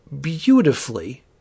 beautifully